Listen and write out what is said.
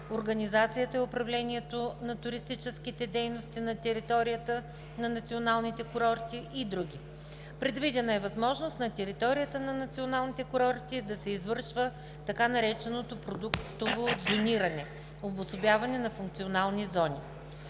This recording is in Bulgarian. организацията и управлението на туристическите дейности на територията на националните курорти и други. Предвидена е възможност на територията на националните курорти да се извършва така нареченото продуктово зониране – обособяване на функционални зони.